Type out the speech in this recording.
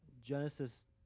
Genesis